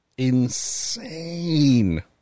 insane